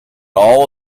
all